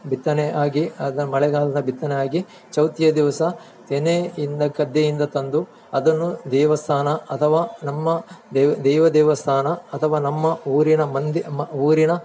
ಬಿತ್ತನೆ ಆಗಿ ಅದರ ಮಳೆಗಾಲದ ಬಿತ್ತನೆ ಆಗಿ ಚೌತಿಯ ದಿವಸ ತೆನೆ ಇಂದ ಗದ್ದೆಯಿಂದ ತಂದು ಅದನ್ನು ದೇವಸ್ಥಾನ ಅಥವಾ ನಮ್ಮ ದೈವ ದೇವಸ್ಥಾನ ಅಥವಾ ನಮ್ಮ ಊರಿನ ಮಂದಿ ಮ ಊರಿನ